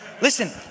Listen